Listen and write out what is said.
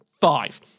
five